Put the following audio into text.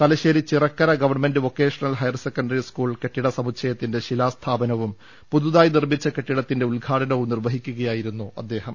Thalassery Chirakkara government vocational higher secondary school കെട്ടിട സമുച്ചയത്തിന്റെ ശിലാസ്ഥാപനവും പുതുതായി നിർമ്മിച്ച കെട്ടിടത്തിന്റെ ഉദ്ഘാടനവും നിർവ്വഹിക്കുകയായിരുന്നു അദ്ദേഹം